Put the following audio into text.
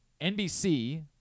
NBC